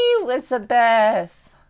Elizabeth